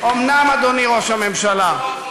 אף אחד לא מדבר על